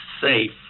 Safe